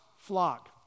flock